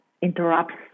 interrupts